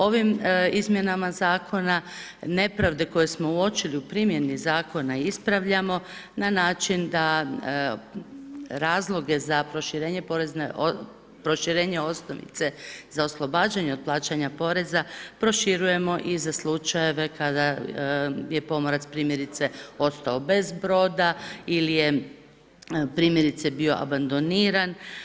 Ovim izmjenama Zakona nepravde koje smo uočili u primjeni Zakona ispravljamo na način da razloge za proširenje osnovice za oslobađanje od plaćanja poreza proširujemo i za slučajeve kada je pomorac primjerice ostao bez broda ili je primjerice abandoniran.